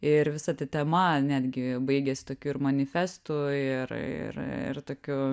ir visa ta tema netgi baigėsi tokiu ir manifestu ir ir ir tokiu